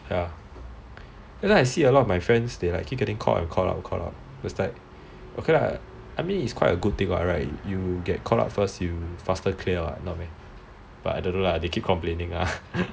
that time I see a lot of my friends they keep getting called up then it's like okay lah I think it's quite a good thing [what] right you get called out first you faster clear [what] not meh but I don't know lah they keep complaining